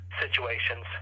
situations